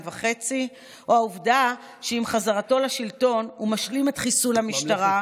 וחצי או העובדה שעם חזרתו לשלטון הוא משלים את חיסול המשטרה,